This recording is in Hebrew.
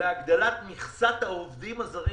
להגדלת מכסת העובדים הזרים